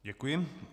Děkuji.